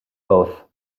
both